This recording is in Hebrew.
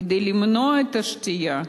כדי למנוע את השתייה,